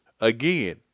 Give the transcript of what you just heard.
Again